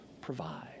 provide